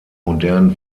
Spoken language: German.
modernen